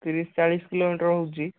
ତିରିଶି ଚାଳିଶି କିଲୋମିଟର ହେଉଛି